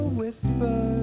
whisper